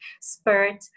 Spirit